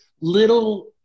little